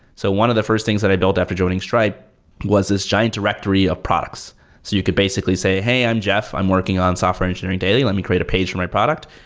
so one of the first things that i've built after joining stripe was this giant directory of products. so you could basically say, hey, i'm jeff i'm working on software engineering daily. let me create a page for my product.